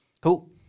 Cool